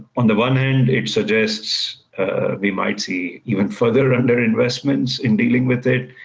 on the one hand it suggests we might see even further underinvestments in dealing with it.